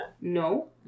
No